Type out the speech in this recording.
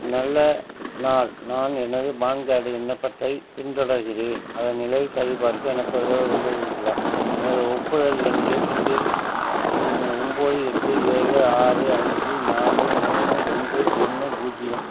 நல்ல நாள் நான் எனது பான் கார்டு விண்ணப்பத்தைப் பின்தொடர்கிறேன் அதன் நிலையை சரிபார்க்க எனக்கு உதவ விரும்புகிறீர்களா எனது ஒப்புதல் எண் ஏசிகே ஒன்போது எட்டு ஏழு ஆறு அஞ்சு நாலு மூணு ரெண்டு ஒன்று பூஜ்ஜியம்